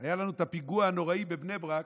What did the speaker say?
היה לנו את הפיגוע הנוראי בבני ברק,